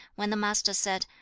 when the master said,